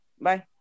bye